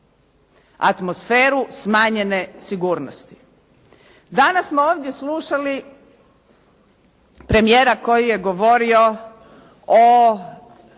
atmosferu smanjene sigurnosti. Danas smo ovdje slušali premijera koji je govorio o